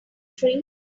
tree